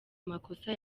amakosa